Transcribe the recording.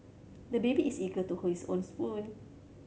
the baby is eager to hold his own spoon